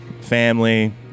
family